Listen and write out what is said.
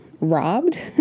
robbed